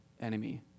enemy